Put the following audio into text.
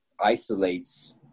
isolates